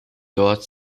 dort